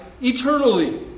eternally